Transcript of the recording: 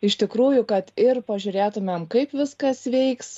iš tikrųjų kad ir pažiūrėtumėm kaip viskas veiks